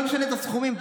לא נשנה את הסכומים.